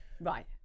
right